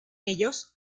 ellos